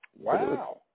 Wow